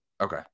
Okay